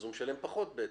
אז הוא משלם פחות בעצם.